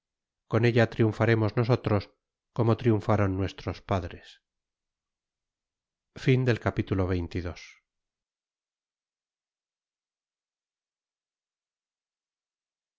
con ella triunfaremos nosotros como triunfaron nuestros padres